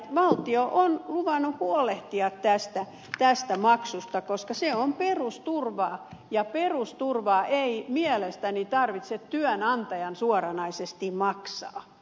valtio on luvannut huolehtia tästä maksusta koska se on perusturvaa ja perusturvaa ei mielestäni tarvitse työnantajan suoranaisesti maksaa